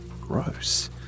Gross